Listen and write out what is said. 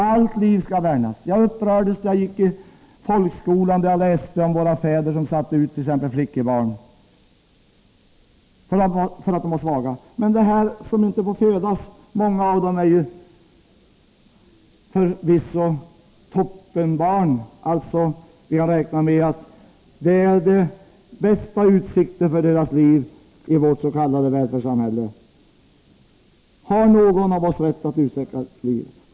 Allt liv skall värnas. Jag upprördes när jag gick i folkskolan och läste om våra fäder som satte ut flickebarn därför att de var svaga. Många av dem som nu inte får födas är förvisso toppenbarn — jag räknar med att det är de bästa utsikter för deras liv i vårt s.k. välfärdssamhälle. Har någon av oss rätt att utsläcka liv?